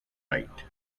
right